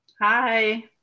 Hi